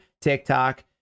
TikTok